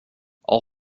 all